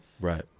Right